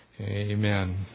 Amen